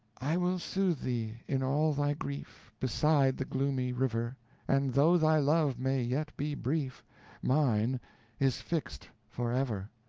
i will soothe thee, in all thy grief, beside the gloomy river and though thy love may yet be brief mine is fixed forever.